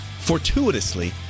Fortuitously